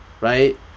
right